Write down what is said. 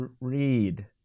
read